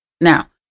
Now